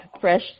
fresh